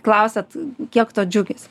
klausiat kiek to džiugesio